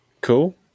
Cool